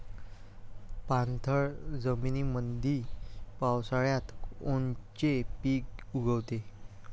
पाणथळ जमीनीमंदी पावसाळ्यात कोनचे पिक उगवते?